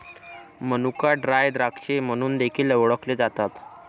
मनुका ड्राय द्राक्षे म्हणून देखील ओळखले जातात